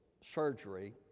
surgery